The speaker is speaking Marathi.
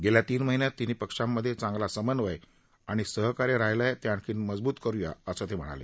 गेल्या तीन महिन्यात तिन्ही पक्षांमधे चांगला समन्वय आणि सहकार्य राहीला आहे ते आणखी मजबूत करूया असं ते म्हणाले